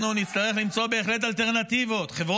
לא עמדות אידיאולוגיות, עמדות